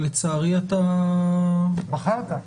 7.תחילה תחילתן של תקנות אלה ביום י' בתשרי התשפ"ב (16 בספטמבר